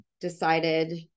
decided